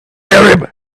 arab